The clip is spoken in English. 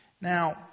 Now